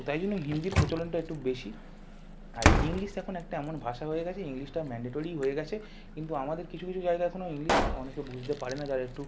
তাই জন্যে হিন্দির প্রচলনটা একটু বেশি আর ইংলিশ এখন একটা এমন ভাষা হয়ে গেছে ইংলিশটা ম্যান্ডেটরি হয়ে গেছে কিন্তু আমাদের কিছু কিছু জায়গা এখনো ইংলিশ অনেকে বুঝতে পারে না যারা একটু